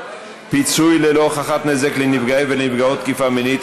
(פיצוי ללא הוכחת נזק לנפגעי ולנפגעות תקיפה מינית),